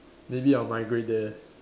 maybe I'll migrate there